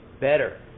better